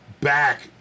back